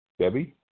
Debbie